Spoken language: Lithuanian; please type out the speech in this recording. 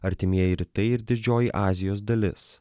artimieji rytai ir didžioji azijos dalis